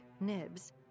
Nibs